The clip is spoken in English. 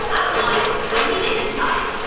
i don't want it. i mean it this time.